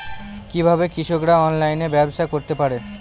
কিভাবে কৃষকরা অনলাইনে ব্যবসা করতে পারে?